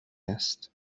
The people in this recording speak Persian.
است